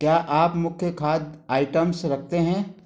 क्या आप मुख्य खाद्य आइटम्स रखते हैं